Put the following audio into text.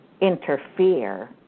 interfere